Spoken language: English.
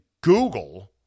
Google